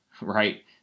right